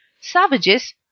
savages